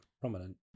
prominent